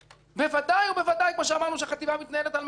ודאי שהחטיבה מתנהלת על מערכת מרכבה,